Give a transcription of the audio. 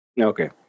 Okay